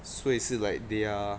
所以是 like they are